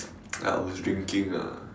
I was drinking ah